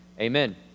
Amen